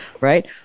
right